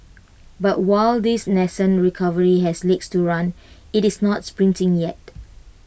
but while this nascent recovery has legs to run IT is not sprinting yet